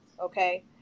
okay